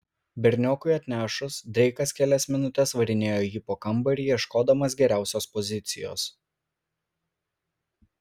berniokui atnešus dreikas kelias minutes varinėjo jį po kambarį ieškodamas geriausios pozicijos